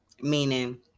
Meaning